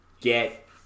get